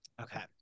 Okay